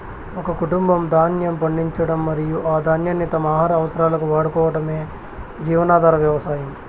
ఒక కుటుంబం ధాన్యం పండించడం మరియు ఆ ధాన్యాన్ని తమ ఆహార అవసరాలకు వాడుకోవటమే జీవనాధార వ్యవసాయం